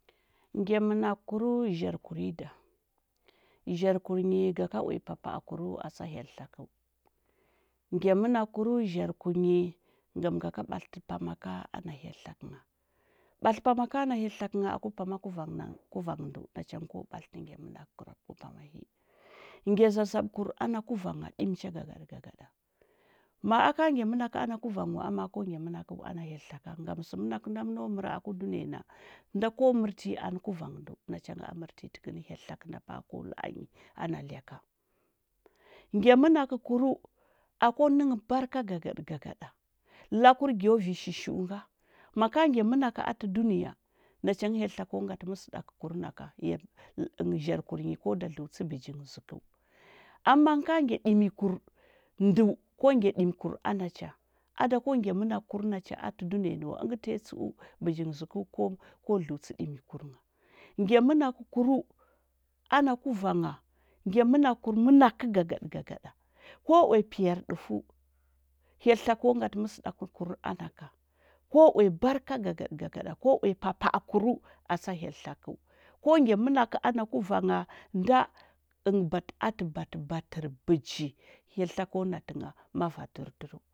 Ngya mənakəu, zharkur nyi, ga ka uya papa akurəu, atsa hyel tlakəu. Ngya mənakəkurəu zharkurnyi ngam ga ka ɓatlətə pama ka ana hyel tlakə ngha. Ɓatlə pama ka ana hyel tlakə ngha aku pama ka ana kuvang na- kuvang ndəu, nacha ko ɓatlətə ngya mənakur ku pama hi. Ngya zazaɓəkur ana kuvangha, ɗimi cha gagaɗə gagaɗa. Ma aka ngya mənakə ana kuvanghə wa, ama ko ngya mənakəu ana hyel tlakəa? Ngam sə mənakə nda məno məra aku dunəya na, nda ko mərtə nyi anə kuvang ndəu, nacha a mərtə nyi təkə anə hyel tlakəu nda pa a ko la a nyi, ana lya ka. Ngya məkakurəu, akwa nə nghə barka gagaɗə gagaɗa. Lakur gyo vi shishi u nga. Ma ka ngya mənakə a tə dunəya, nacha hyel tlakə o ngatə məsəɗakəkur na ka, ya zhakurnyi ko da dləutsə bəji ngə zəkəu. Am mangə ka ngya ɗimikur, ndəu, kwa ngya ɗimikur ana cha. A da ko ngya mənakəkur ana cha a tə dunəya nə wa. Əngə tanyi tsəu bəji ngə zəkəu, ko ko dləutsə ɗimikur nyi. Ngya mənakurəu, ana kuvangha, ngya mənakəkur mənakə gagaɗə gagaɗa, ko uya piyar ɗufəu, hyel tlakə o ngatə məsəɗakəkur a naka. Ko uya barka gagaɗə gagaɗa, ko uya papa akurəu tsa hyel tlakəu. Ko ngya mənakə ana kuvangha, nda nbat batə a tə batəbatər bəji. Hyel tlakə o natə ngha mava durdurəu.